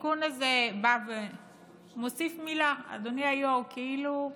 התיקון הזה בא ומוסיף מילה, אדוני היו"ר, כאילו,